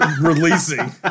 releasing